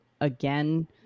again